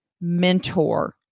mentor